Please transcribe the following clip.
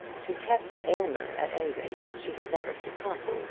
to captain aylmer, at any rate, she had never succumbed.